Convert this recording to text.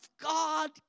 God